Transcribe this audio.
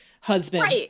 husband